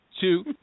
two